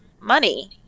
money